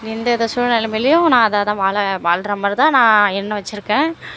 எந்த வித சூழ்நிலையிலையும் நான் அதை தான் வாழ வாழ்ற மாதிரி தான் நான் என்னை வெச்சுருக்கேன்